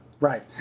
Right